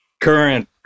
current